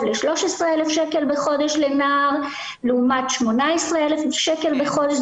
ל-13,000 שקל בחודש לנער לעומת 18,000 שקל בחודש,